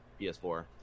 PS4